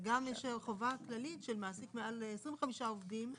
וגם יש חובה כללית של מעסיק של מעל 25 עובדים,